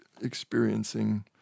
experiencing